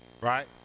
right